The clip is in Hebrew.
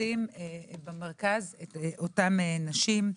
לשים במרכז את אותן נשים.